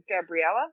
Gabriella